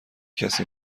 کسی